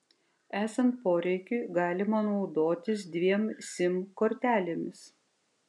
esant poreikiui galima naudotis dviem sim kortelėmis